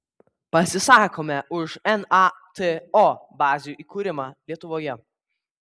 pasisakome už nato bazių įkūrimą lietuvoje